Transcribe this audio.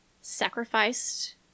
sacrificed